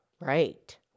Right